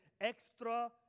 extra